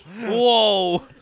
Whoa